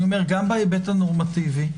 גם בהיבט הנורמטיבי.